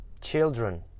Children